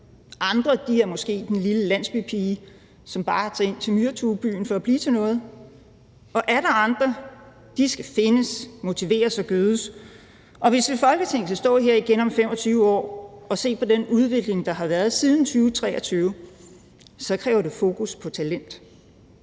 andre er måske den lille landsbypige, som bare tager ind til myretuebyen for at blive til noget, og atter andre skal findes, motiveres og gødes, og hvis vi i Folketinget skal stå her igen om 25 år og se på den udvikling, der har været siden 2023, så kræver det fokus på talent.